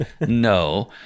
No